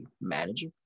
manager